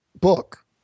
book